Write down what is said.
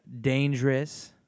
Dangerous